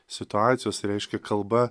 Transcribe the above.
situacijos reiškia kalba